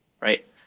right